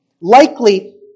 Likely